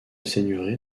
seigneurie